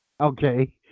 Okay